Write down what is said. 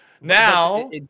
Now –